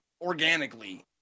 organically